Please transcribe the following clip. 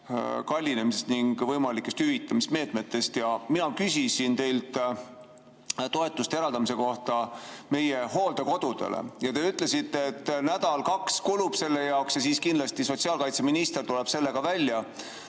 kallinemisest ning võimalikest hüvitamismeetmetest. Mina küsisin teilt toetuste eraldamise kohta meie hooldekodudele ja te ütlesite, et nädal-kaks kulub selle jaoks ja siis kindlasti sotsiaalkaitseminister tuleb sellega välja.